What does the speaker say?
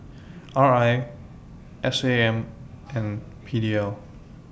R I S A M and P D L